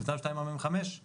אותם 2.45%